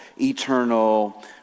eternal